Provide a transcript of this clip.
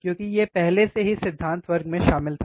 क्योंकि यह पहले से ही सिद्धांत वर्ग में शामिल था